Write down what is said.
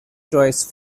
choice